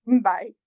Bye